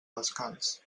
descans